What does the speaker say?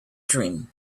dream